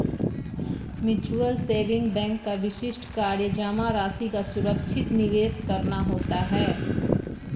mutual saving bank का विशिष्ट कार्य जमा राशि का सुरक्षित निवेश करना होता है